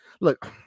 look